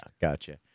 gotcha